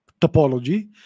topology